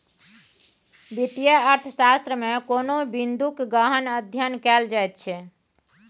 वित्तीय अर्थशास्त्रमे कोनो बिंदूक गहन अध्ययन कएल जाइत छै